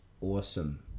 awesome